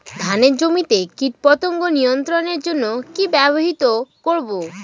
ধানের জমিতে কীটপতঙ্গ নিয়ন্ত্রণের জন্য কি ব্যবহৃত করব?